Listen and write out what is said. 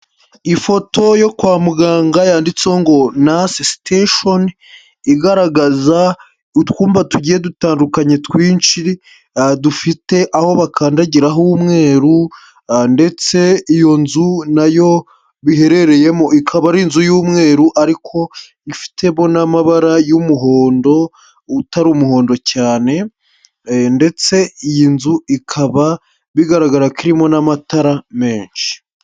Ifoto yo kwa muganga yanditseho ngo nasi siteshoni, igaragaza utwumba tugiye dutandukanye twinshi dufite aho bakandagira h'umweru, ndetse iyo nzu nayo biherereyemo ikaba ari inzu y'umweru ariko ifitemo n'amabara y'umuhondo utari umuhondo cyane, ndetse iyi nzu ikaba bigaragara ko irimo n'amatara menshi.